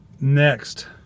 next